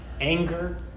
anger